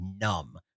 numb